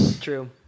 True